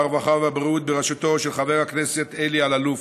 הרווחה והבריאות בראשותו של חבר הכנסת אלי אלאלוף,